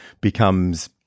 becomes